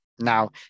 now